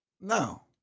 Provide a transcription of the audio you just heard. Now